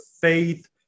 faith